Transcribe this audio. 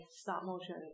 stop-motion